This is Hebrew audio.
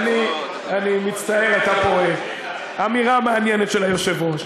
הייתה פה אמירה מעניינת של היושב-ראש.